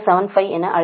0075 என அழைக்கலாம்